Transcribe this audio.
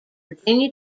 virginia